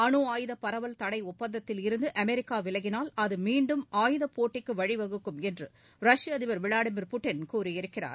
அனுஆயுத பரவல் தடை ஒப்பந்தத்திலிருந்து அமெரிக்கா விலகினால் அது மீண்டும் ஆயுத போட்டிக்கு வழிவகுக்கும் என்று ரஷ்ய அதிபர் விளாடிமீர் புட்டின் கூறியிருக்கிறார்